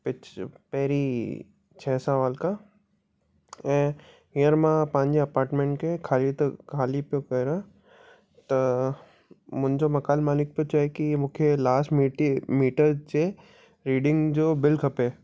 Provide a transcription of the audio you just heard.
पिछ पहिरीं छह साल खां ऐं हींअर मां पंहिंजे अपाटमेंट खे ख़रीद खाली पियो कयां त मुंहिंजो मकान मालिक पियो चए की मूंखे लास्ट मिटी मीटर जे रीडिंग जो बिल खपे